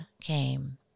came